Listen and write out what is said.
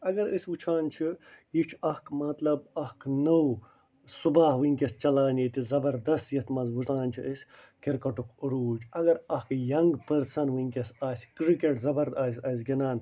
اگر أسۍ وُچھان چھِ یہِ چھُ اَکھ مطلب اَکھ نوٚو صُبح وُنٛکیٚس چَلان ییٚتہِ زبردست یَتھ منٛز چھِ أسۍ کِرکٹُک عروج اگر اکھ ینٛگ پٔرسن وُنٛکیٚس آسہِ کِرکٹ زبر آسہِ آسہِ گِنٛدان